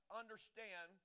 understand